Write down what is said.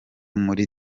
muri